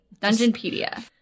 dungeonpedia